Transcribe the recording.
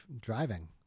driving